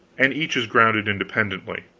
and each is grounded independently.